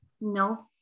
No